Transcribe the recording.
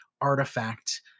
artifact